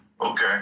Okay